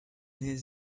his